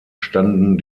standen